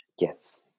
Yes